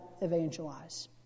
evangelize